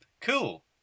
Cool